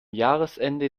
jahresende